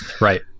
right